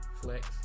Flex